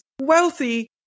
wealthy